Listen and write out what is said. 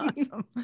awesome